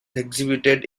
exhibited